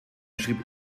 schrieb